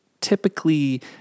typically